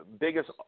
biggest